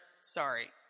Sorry